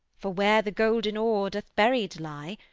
for where the golden ore doth buried lie,